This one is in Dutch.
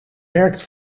werkt